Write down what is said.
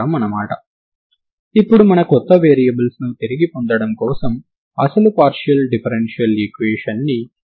కాబట్టి దీనిని మీరు ఉపయోగించవచ్చు ఇక్కడ మీరు ఇంటిగ్రేషన్ బై పార్ట్స్ ను ఉపయోగిస్తారు